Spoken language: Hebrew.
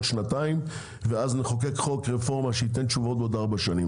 שנתיים ואז נחוקק חוק רפורמה שייתן תשובות בעוד ארבע שנים.